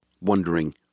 wondering